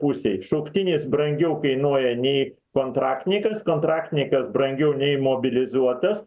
pusei šauktinis brangiau kainuoja nei kontraktnykas kontraktninykas brangiau nei mobilizuotas